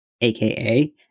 AKA